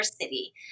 city